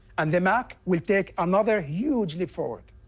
and the mac will take another huge leap forward.